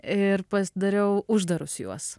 ir pasidariau uždarus juos